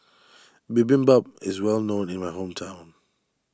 Bibimbap is well known in my hometown